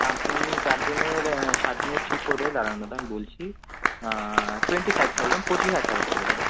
আপনাদের চারজনের সাতদিনের ট্রিপ পড়বে দাঁড়ান দাদা আমি বলছি টোয়েন্টি ফাইভ থাউজেন্ড পঁচিশ হাজার টাকা পড়বে দাদা